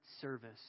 service